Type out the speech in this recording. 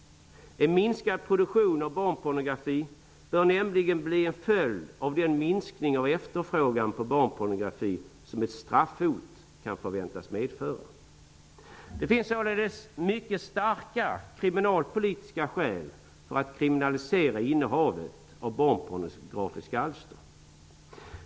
En minskad produktion av barnpornografi bör nämligen bli en följd av den minskning av efterfrågan på barnpornografi som ett straffhot kan väntas medföra. Det finns således mycket starka kriminalpolitiska skäl för att kriminalisera innehavet av barnpornografiska alster.